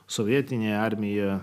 sovietinėje armijoje